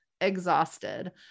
exhausted